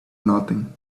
nothing